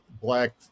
black